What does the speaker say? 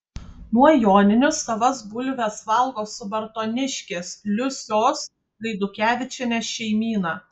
nuo joninių savas bulves valgo subartoniškės liusios gaidukevičienės šeimyna